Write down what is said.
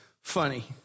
funny